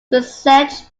besieged